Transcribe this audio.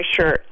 shirt